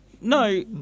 No